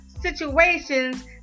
situations